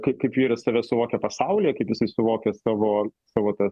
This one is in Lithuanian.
kai kaip vyras save suvokia pasaulyje kaip jisai suvokia savo savo tą